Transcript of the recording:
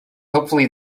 hopefully